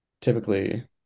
typically